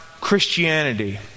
Christianity